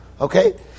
Okay